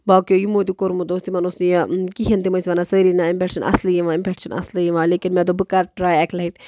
باقٕیَو یِمَو تہِ کورمُت اوس تِمَن اوس نہ کِہیٖنۍ تم ٲسۍ ونان سٲری نہ أمۍ پٮ۪ٹھ چھِنہٕ اصٕلٕے یِوان أمۍ پٮ۪ٹھ چھِنہٕ اصٕلٕے یِوان لیکِن مےٚ دۄپ بہٕ کَرٕ ٹرٛاے اَکہِ لَٹہِ